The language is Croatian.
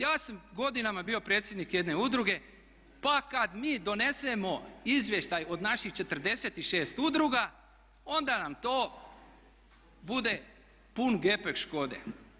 Ja sam godinama bio predsjednik jedne udruge pa kada mi donesemo izvještaj od naših 46 udruga onda nam to bude pun gepek Škode.